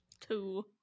Two